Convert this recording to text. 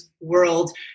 world